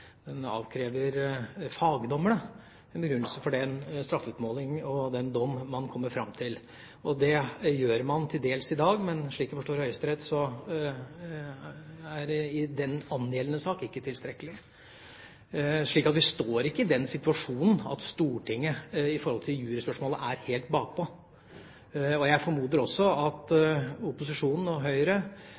Den avkrever fagdommerne en begrunnelse for den straffeutmåling og den dom man kommer fram til. Det gjør man også til dels i dag, men slik jeg forstår Høyesterett, er det i den angjeldende sak ikke tilstrekkelig. Vi står altså ikke i den situasjonen at Stortinget i forhold til juryspørsmålet er helt bakpå. Jeg formoder at Høyre og resten av opposisjonen er enig med meg i at